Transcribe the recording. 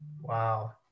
Wow